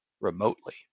remotely